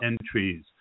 entries